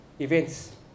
events